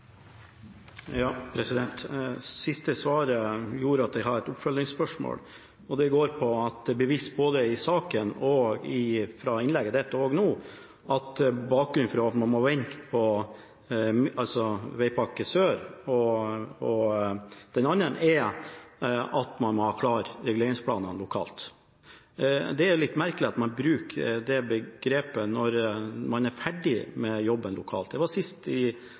siste svaret fra statsråden gjør at jeg har et oppfølgingsspørsmål. Det blir vist til både i saken og i innlegget til statsråden at bakgrunnen for at man må vente på vegpakke sør og den andre er at man må ha reguleringsplanene klare lokalt. Det er litt merkelig at man bruker dette argumentet når man er ferdig med jobben lokalt. Jeg var sist i